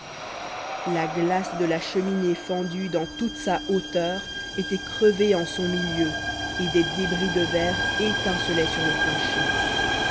la glace de la cheminée fendue dans toute sa hauteur était crevée en son milieu et des débris de verre étincelaient sur le plancher